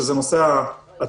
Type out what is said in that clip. שזה נושא העצירים,